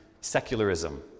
secularism